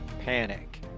panic